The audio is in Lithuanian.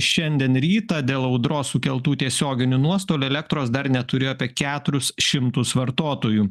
šiandien rytą dėl audros sukeltų tiesioginių nuostolių elektros dar neturėjo apie keturis šimtus vartotojų